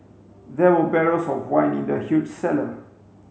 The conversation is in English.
there were barrels of wine in the huge cellar